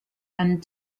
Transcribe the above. and